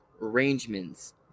arrangements